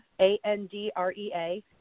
A-N-D-R-E-A